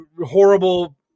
horrible